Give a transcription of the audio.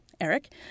Eric